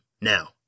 Now